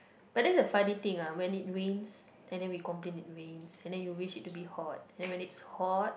but that's the funny thing lah when it rains and then we complain it rains and we wish for it to be hot and when it's hot